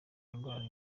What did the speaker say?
ndwara